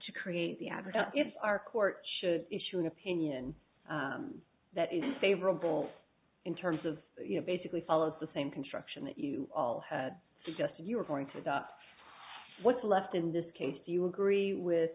to create the average if our court should issue an opinion that is favorable in terms of you know basically follows the same construction that you all had suggested you were going to adopt what's left in this case do you agree with